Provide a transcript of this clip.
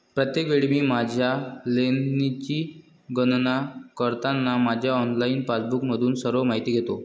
प्रत्येक वेळी मी माझ्या लेनची गणना करताना माझ्या ऑनलाइन पासबुकमधून सर्व माहिती घेतो